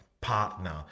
partner